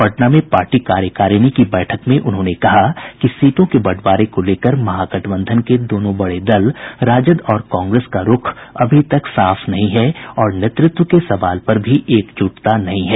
पटना में पार्टी कार्यकारिणी की बैठक में उन्होंने कहा कि सीटों के बंटवारे को लेकर महागठबंधन के दोनों बड़े दल राजद और कांग्रेस का रूख अभी तक साफ नहीं है और नेतृत्व के सवाल पर भी एकजुटता नहीं है